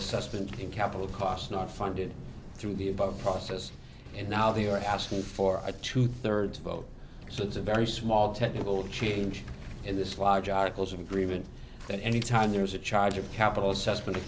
assessment in capital cost not funded through the above process and now they are asking for a two thirds vote so it's a very small technical change in this large articles of agreement that anytime there's a charge of capital assessment